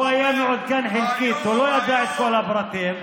חשמל לצרכים פרטיים, זה שלא עשה צבא.